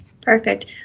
Perfect